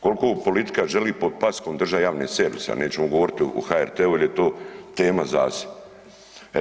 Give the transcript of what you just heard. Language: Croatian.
Koliko politika želi pod paskom držati javne servise, a nećemo govoriti o HRT-u jer je to tema za se.